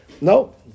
no